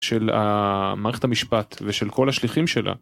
של המערכת המשפט ושל כל השליחים שלה.